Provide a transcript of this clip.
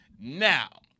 Now